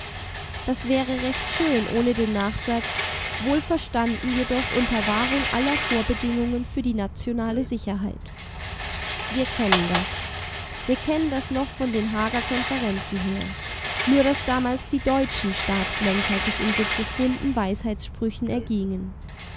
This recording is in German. das wäre recht schön ohne den nachsatz wohlverstanden jedoch unter wahrung aller vorbedingungen für die nationale sicherheit wir kennen das wir kennen das noch von den haager konferenzen her nur daß damals die deutschen staatslenker sich in so profunden weisheitssprüchen ergingen